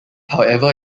however